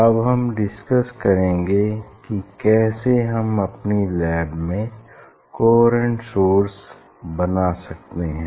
अब हम डिसकस करेंगे कि कैसे हम अपनी लैब में कोहेरेंट सोर्स बना सकते हैं